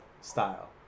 style